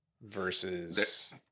versus